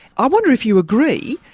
i wonder if you agree,